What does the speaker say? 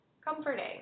comforting